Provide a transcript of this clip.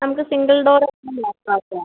നമുക്ക് single door നോക്കാം എത്രയാ